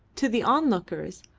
to the onlookers,